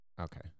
Okay